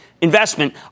investment